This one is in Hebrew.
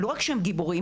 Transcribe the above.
לא רק שהם גיבורים,